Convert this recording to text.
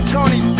Tony